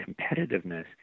competitiveness